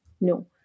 no